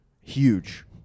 huge